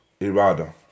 irada